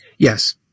Yes